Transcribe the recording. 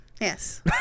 Yes